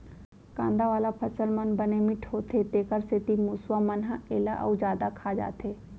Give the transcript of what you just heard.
कांदा वाला फसल मन बने मिठ्ठ होथे तेखर सेती मूसवा मन ह एला अउ जादा खा जाथे